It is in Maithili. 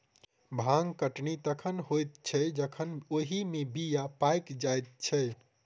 भांग कटनी तखन होइत छै जखन ओहि मे बीया पाइक जाइत छै